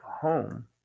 home